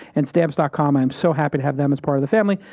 and stamps com, i am so happy to have them as part of the family,